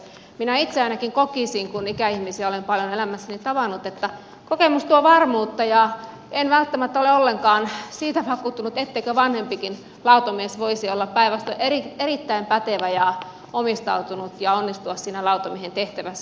minä itse ainakin kokisin kun ikäihmisiä olen paljon elämässäni tavannut että kokemus tuo varmuutta ja en välttämättä ole ollenkaan siitä vakuuttunut etteikö vanhempikin lautamies voisi olla päinvastoin erittäin pätevä ja omistautunut ja onnistua siinä lautamiehen tehtävässä